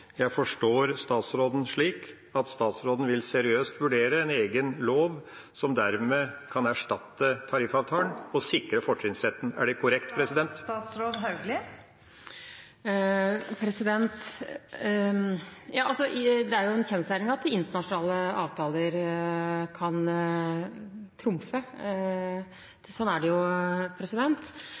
Jeg forstår statsråden slik at statsråden seriøst vil vurdere en egen lov, som dermed kan erstatte tariffavtalen og sikre fortrinnsretten. Er det korrekt? Det er en kjensgjerning at internasjonale avtaler kan trumfe. Sånn er det jo.